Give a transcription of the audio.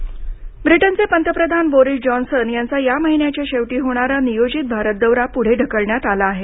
Boris Johnson ब्रिटनचे पंतप्रधान Boris Johnson यांचा या महिन्याच्या शेवटी होणारा नियोजित भारत दौरा पुढे ढकलण्यात आला आहे